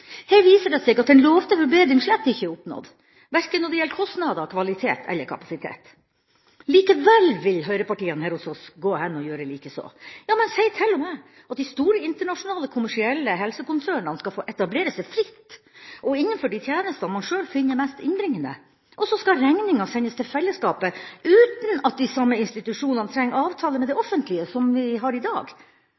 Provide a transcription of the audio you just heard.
Her viser det seg at den lovede forbedring slett ikke er oppnådd, verken når det gjelder kostnader, kvalitet eller kapasitet. Likevel vil høyrepartiene her hos oss gå hen og gjøre likeså. Ja, man sier til og med at de store internasjonale, kommersielle helsekonsernene skal få etablere seg fritt og innenfor de tjenestene man sjøl finner er mest innbringende. Så skal regninga sendes til fellesskapet uten at de samme institusjonene trenger å ha avtale med det